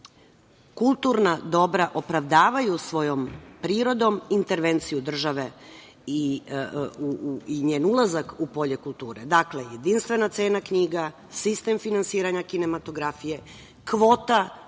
Kulturna dobra opravdavaju svojom prirodom intervenciju države i njen ulazak u polje kulture. Dakle, jedinstvena cena knjiga, sistem finansiranja kinematografije, kvota u